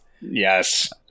yes